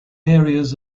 areas